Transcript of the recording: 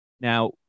Now